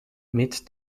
mid